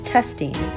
Testing